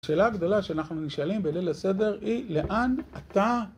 השאלה הגדולה שאנחנו נשאלים בליל הסדר היא, לאן אתה?